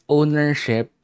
Ownership